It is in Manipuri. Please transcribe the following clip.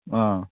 ꯑꯥ